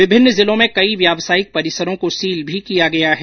विभिन्न जिलों में कई व्यावसायिक परिसरों को सील भी किया गया है